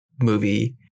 movie